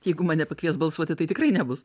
jeigu mane pakvies balsuoti tai tikrai nebus